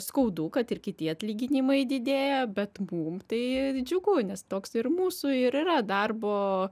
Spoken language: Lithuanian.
skaudu kad ir kiti atlyginimai didėja bet mum tai džiugu nes toks ir mūsų ir yra darbo